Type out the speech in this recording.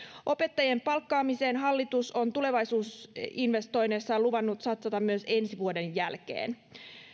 opettajien palkkaamiseen hallitus on tulevaisuusinvestoinneissaan luvannut satsata myös ensi vuoden jälkeen